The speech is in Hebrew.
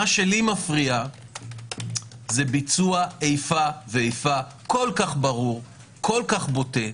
מה שלי מפריע זה ביצוע איפה ואיפה כל כך ברור ובוטה.